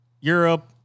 Europe